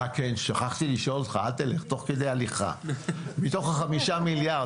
שכחתי לשאול אותך, אל תלך, מתוך אותם 5 מיליארד,